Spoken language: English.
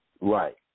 Right